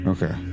Okay